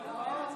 לא.